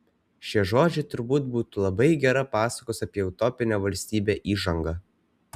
šie žodžiai turbūt būtų labai gera pasakos apie utopinę valstybę įžanga